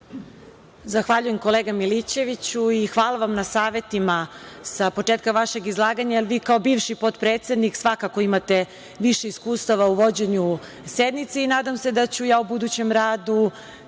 Zahvaljujem, kolega Milićeviću. Hvala vam na savetima sa početka vašeg izlaganja, jer vi kao bivši potpredsednik svakako imate više iskustava u vođenju sednice. Nadam se da ću ja u budućem radu